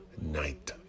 night